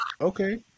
okay